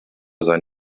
sein